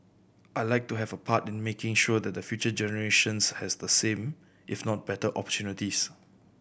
I like to have a part in making sure that the future generations has the same if not better opportunities